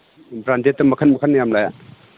ꯕ꯭ꯔꯥꯟꯗꯦꯠꯇ ꯃꯈꯟ ꯃꯈꯟ ꯌꯥꯝ ꯂꯥꯛꯑꯦ